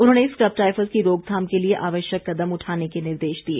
उन्होंने scrub typhus की रोकथाम के लिए आवश्यक कदम उठाने के निर्देश दिए